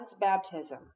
baptism